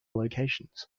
locations